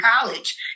college